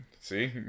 See